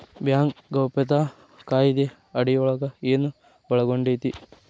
Bank ಗೌಪ್ಯತಾ ಕಾಯಿದೆ ಅಡಿಯೊಳಗ ಏನು ಒಳಗೊಂಡೇತಿ?